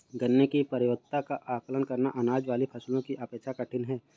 गन्ने की परिपक्वता का आंकलन करना, अनाज वाली फसलों की अपेक्षा कठिन है